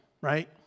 right